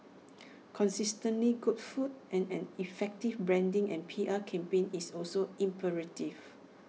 consistently good food and an effective branding and P R campaign is also imperative